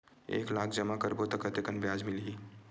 एक लाख जमा करबो त कतेकन ब्याज मिलही?